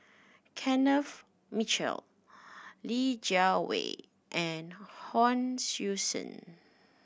Kenneth Mitchell Li Jiawei and Hon Sui Sen